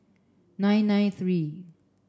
nine nine three